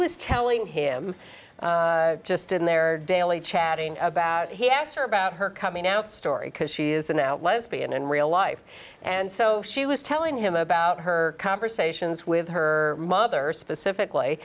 was telling him just in their daily chatting about he asked her about her coming out story because she is the now lesbian in real life and so she was telling him about her conversations with her mother specifically